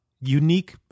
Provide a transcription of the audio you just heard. unique